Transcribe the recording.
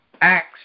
Acts